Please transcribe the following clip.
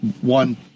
one